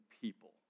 people